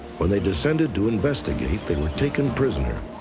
when they descended to investigate, they were taken prisoner.